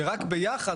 שרק ביחד,